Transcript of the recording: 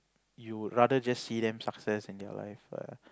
you would rather just see them success in their life